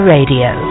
Radio